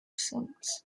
since